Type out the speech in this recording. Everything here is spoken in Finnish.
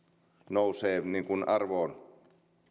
nousee arvoon